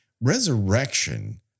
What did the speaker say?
Resurrection